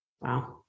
Wow